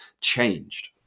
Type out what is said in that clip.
changed